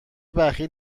بخیل